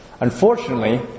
Unfortunately